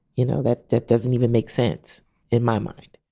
you know that that doesn't even make sense in my mind